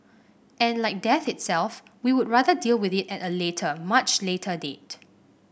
and like death itself we would rather deal with it at a later much later date